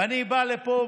ואני בא לפה,